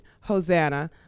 Hosanna